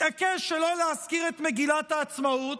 התעקש שלא להזכיר את מגילת העצמאות.